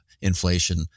inflation